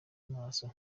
maso